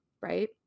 Right